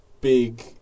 big